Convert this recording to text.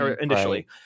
initially